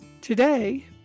Today